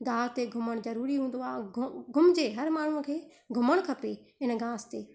गाह ते घुमणु ज़रूरी हूंदो आहे घु घुमिजे हर माण्हूअ खे घुमणु खपे हिन घास ते